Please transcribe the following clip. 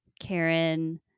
karen